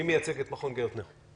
מייצג את מכון "גרטנר"?